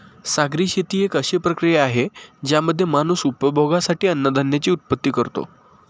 सागरी शेती एक अशी प्रक्रिया आहे ज्यामध्ये माणूस उपभोगासाठी अन्नधान्याची उत्पत्ति करतो